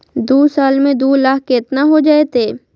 दू साल में दू लाख केतना हो जयते?